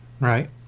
Right